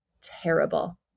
terrible